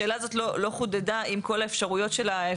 השאלה הזאת לא חודדה עם כל האפשרויות שלה,